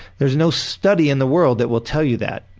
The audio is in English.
there's no study in the world that will tell you that.